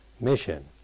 mission